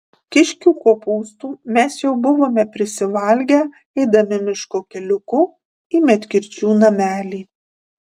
kiškių kopūstų mes jau buvome prisivalgę eidami miško keliuku į medkirčių namelį